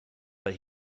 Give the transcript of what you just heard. but